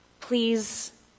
Please